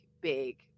big